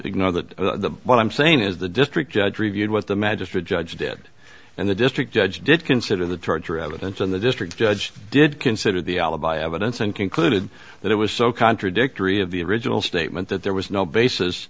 ignore that the what i'm saying is the district judge reviewed what the magistrate judge did and the district judge did consider the charge or evidence in the district judge did consider the alibi evidence and concluded that it was so contradictory of the original statement that there was no basis